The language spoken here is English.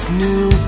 new